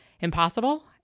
impossible